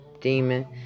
demon